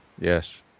yes